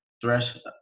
threshold